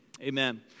Amen